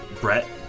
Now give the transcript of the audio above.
Brett